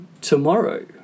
tomorrow